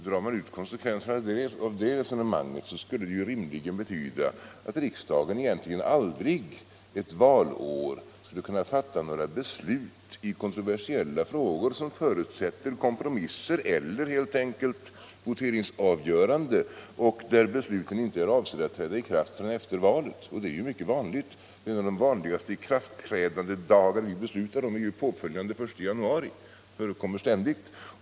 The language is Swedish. Om man drar ut konsekvenserna av det resonemanget skulle det rimligen betyda att riksdagen under ett valår egentligen aldrig skulle kunna fatta några beslut i kontroversiella frågor som förutsätter kompromisser eller helt enkelt voteringsavgörande och som inte är avsedda att träda i kraft förrän efter valet. Den situationen är ju mycket vanlig — den vanligaste ikraftträdandedag vi beslutar om är ju påföljande 1 januari. Detta förekommer ständigt.